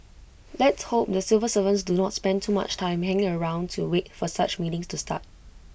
let's hope the civil servants do not spend too much time hanging around to wait for such meetings to start